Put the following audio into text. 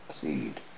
seed